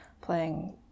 playing